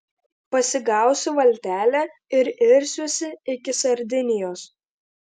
pasigausiu valtelę ir irsiuosi iki sardinijos